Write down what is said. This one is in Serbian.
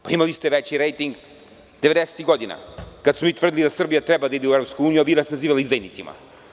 Pa, imali ste veći rejting 90-ih godina kada smo mi tvrdili da Srbija treba da ide u EU, a vi nas nazivali izdajnicima.